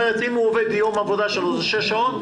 אם אדם עובד 6 שעות,